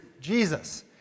Jesus